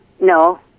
No